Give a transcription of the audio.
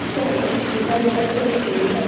हमें तो पूरे ही सब्जेक्ट चाहिए ना